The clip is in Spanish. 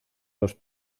los